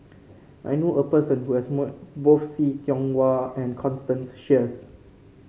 I know a person who has met both See Tiong Wah and Constance Sheares